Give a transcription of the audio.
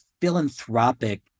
philanthropic